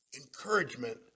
encouragement